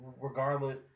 regardless